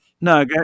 No